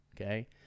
okay